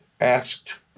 asked